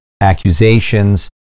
accusations